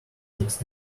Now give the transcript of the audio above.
next